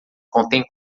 contém